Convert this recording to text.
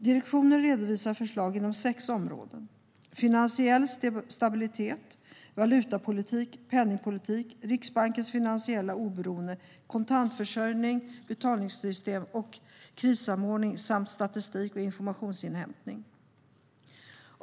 Direktionen redovisar förslag inom områdena finansiell stabilitet, valutapolitik, penningpolitik, Riksbankens finansiella oberoende, kontantförsörjning, betalningssystem och krissamordning samt statistik och informationsinhämtning.